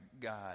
God